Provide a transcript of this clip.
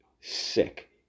sick